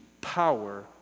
power